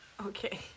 okay